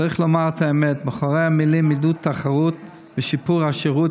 צריך לומר את האמת: מאחורי המילים "עידוד תחרות" ו"שיפור השירות",